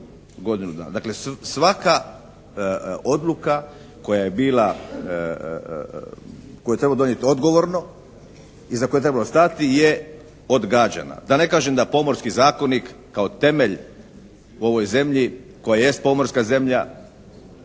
godinu dana. Dakle svaka odluka koja je bila, koju je trebalo donijeti odgovorno, iza koje je trebalo stajati je odgađana. Da ne kažem da Pomorski zakonik kao temelj u ovoj zemlji koja jest pomorska zemlja,